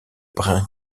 brun